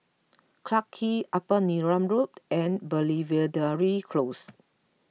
Clarke Quay Upper Neram Road and Belvedere Close